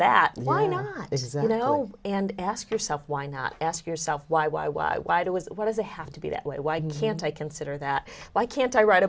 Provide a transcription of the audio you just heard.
not this is i don't know and ask yourself why not ask yourself why why why why do what does it have to be that way why can't i consider that why can't i write